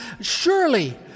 Surely